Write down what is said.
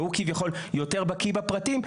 והוא כביכול יותר בקיא בפרטים.